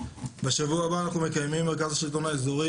בשבוע הבא אנחנו מקיימים במרכז השלטון האזורי